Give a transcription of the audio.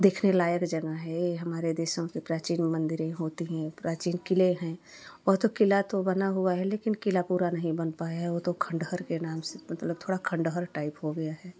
देखने लायक जगह है हमारे देशों के प्राचीन मंदिरे होती हैं प्राचीन किले हैं बहुतो किला तो बना हुआ है लेकिन किला पूरा नही बन पाया है वह तो खंडहर के नाम से मतलब थोड़ा खंडहर टाइप हो गया है